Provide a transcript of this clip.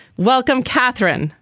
welcome catherine.